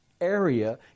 area